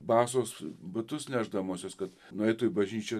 basos batus nešdamosis kad nueitų į bažnyčią